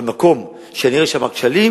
לכן אותם ראשי הרשויות שלא העבירו תקציב,